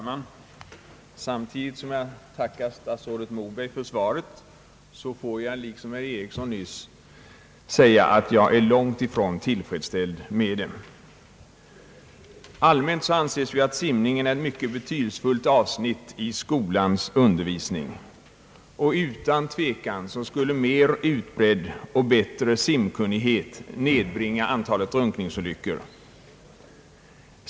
Herr talman! Samtidigt som jag tackar statsrådet Moberg för svaret får jag liksom herr Eriksson nyss säga att jag är långtifrån tillfredsställd med det. Allmänt anses ju att simningen är ett mycket betydelsefullt avsnitt i skolans undervisning. Utan tvekan skulle mer utbredd och bättre simkunnighet nedbringa antalet drunkningsolyckor.